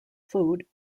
food